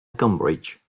cambridge